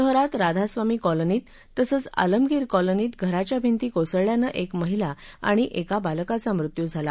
शहरात राधास्वामी कॉलनीत तसंच आलमगीर कॉलनीत घराच्या भिंती कोसळल्यानं क्र महिला आणि क्रिा बालकाचा मृत्यू झाला